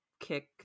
Kick